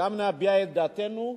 וגם להביע את דעתנו.